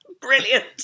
Brilliant